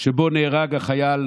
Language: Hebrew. שבו נהרג החייל